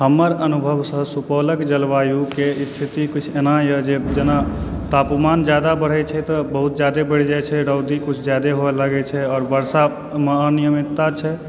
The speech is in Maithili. हमर अनुभवसँ सुपौलक जलवायुके स्थिति कुछ एनाए जे जेना तापमान जादा बढ़य छै तऽ बहुत जादे बढ़ि जाइत छै रौदी कुछ जादे होअ लागय छै आओर वर्षामऽ अनियमितता छै